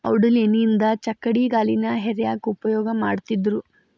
ಔಡಲ ಎಣ್ಣಿಯಿಂದ ಚಕ್ಕಡಿಗಾಲಿನ ಹೇರ್ಯಾಕ್ ಉಪಯೋಗ ಮಾಡತ್ತಿದ್ರು